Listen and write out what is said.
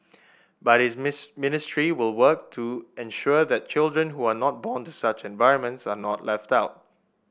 but his ministry will work to ensure that children who are not born to such environments are not left out